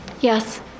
Yes